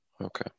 Okay